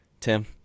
Tim